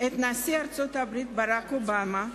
את נשיא ארצות-הברית ברק אובמה,